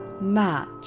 match